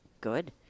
Good